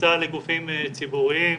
בכניסה לגופים ציבוריים,